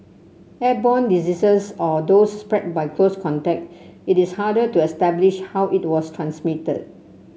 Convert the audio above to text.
airborne diseases or those spread by close contact it is harder to establish how it was transmitted